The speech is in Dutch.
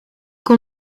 kon